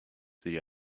the